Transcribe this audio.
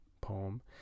poem